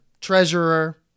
treasurer